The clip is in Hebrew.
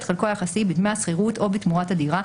חלקו היחסי בדמי השכירות או בתמורת הדירה,